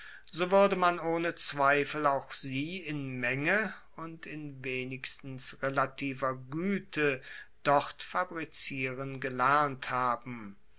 so wuerde man ohne zweifel auch sie in menge und in wenigstens relativer guete dort fabrizieren gelernt haben